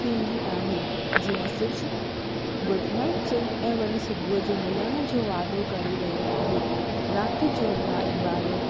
थींदी आहे जीअं सिझ गुडनाइट चई ऐं वरी सुबुह जो मिलण जो वादो करे रहियो आहे राति जो भाए बारे